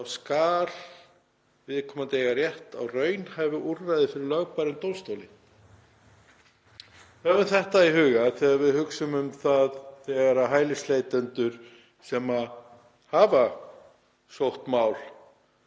skal viðkomandi eiga rétt á raunhæfu úrræði fyrir lögbærum dómstóli. Höfum þetta í huga þegar við hugsum um það þegar hælisleitendur sem hafa sótt mál